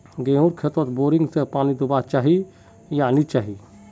गेँहूर खेतोत बोरिंग से पानी दुबा चही या नी चही?